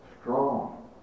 strong